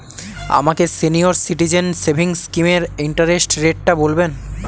আমাকে senior citizen savings স্কিমের interest রেটটা বলবেন